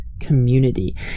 community